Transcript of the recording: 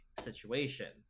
situation